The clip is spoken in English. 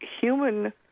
human